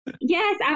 yes